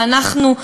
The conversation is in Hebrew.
ואנחנו,